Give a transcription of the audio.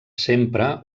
sempre